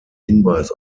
hinweis